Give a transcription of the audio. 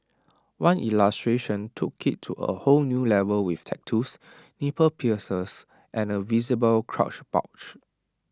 one illustration took IT to A whole new level with tattoos nipple piercings and A visible crotch bulge